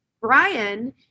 Brian